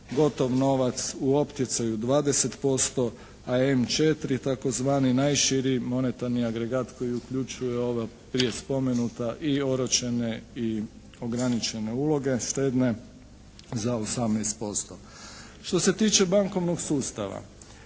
gotov novac u opticaju 20% a M4 tzv. najširi monetarni agregat koji uključuje prije spomenuta i oročene i ograničene uloge štedne za 18%. Što se tiče bankovnog sustava